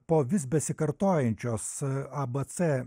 po vis besikartojančios abc